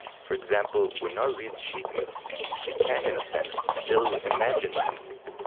for example, when noa reads sheet music she can, in a sense, still imagine the music,